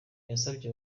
yasabye